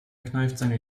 kneifzange